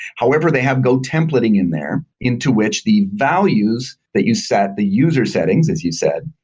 however, they have go templating in there into which the values that you set, the user settings as you said,